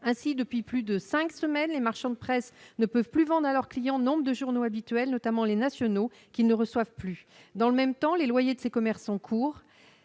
Ainsi, depuis plus de cinq semaines, les marchands de presse sont dans l'incapacité de vendre à leurs clients nombre de journaux habituels, notamment les « nationaux », qu'ils ne reçoivent plus. Dans le même temps, les loyers de ces commerçants courent.